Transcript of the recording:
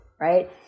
right